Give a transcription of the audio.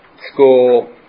School